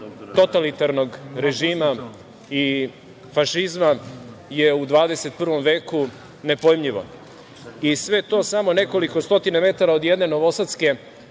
totalitarnog režima i fašizma je u 21. veku nepojmljivo. Sve to samo nekoliko stotina metara od jedne novosadske